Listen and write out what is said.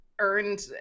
earned